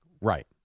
right